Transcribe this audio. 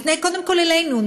יפנה קודם כול אלינו,